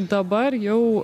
dabar jau